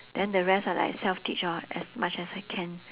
then the rest are like self teach lor as much as I can